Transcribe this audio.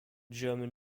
german